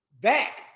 Back